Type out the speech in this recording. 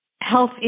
health